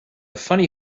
funny